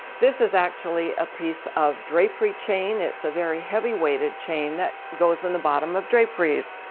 this is actually a piece of drapery chain it's a very heavy weighted chain that goes in the bottom of draperies.